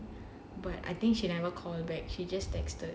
but I think she never call back she just texted